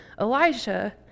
Elijah